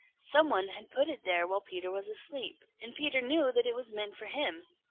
some one had put it there while peter was asleep, and peter knew that it was meant for him.